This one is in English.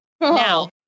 now